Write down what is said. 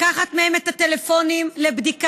לקחת מהם את הטלפונים לבדיקה,